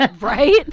Right